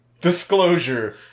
disclosure